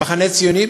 המחנה הציוני?